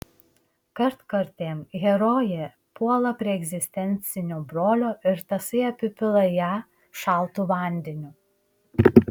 kartkartėm herojė puola prie egzistencinio brolio ir tasai apipila ją šaltu vandeniu